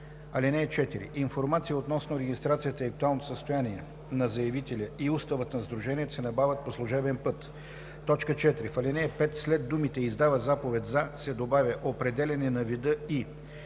„(4) Информация относно регистрацията и актуалното състояние на заявителя и уставът на сдружението се набавят по служебен път.“ 4. В ал. 5 след думите „издава заповед за“ се добавя „определяне на вида и“.